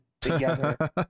together